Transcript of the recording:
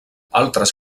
altres